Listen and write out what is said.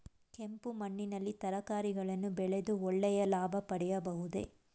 ಕೆಂಪು ಮಣ್ಣಿನಲ್ಲಿ ತರಕಾರಿಗಳನ್ನು ಬೆಳೆದು ಒಳ್ಳೆಯ ಲಾಭ ಪಡೆಯಬಹುದೇ?